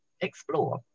explore